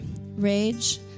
rage